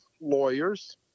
lawyers